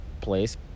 place